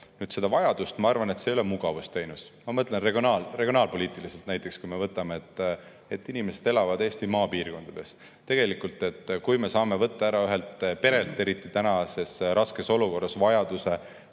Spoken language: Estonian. seda vajadust, siis ma arvan, et see ei ole mugavusteenus. Ma mõtlen regionaalpoliitiliselt. Näiteks, kui me vaatame, et inimesed elavad Eesti maapiirkondades. Me saame võtta ära ühelt perelt, eriti tänases raskes olukorras, vajaduse